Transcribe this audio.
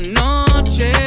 noche